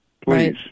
please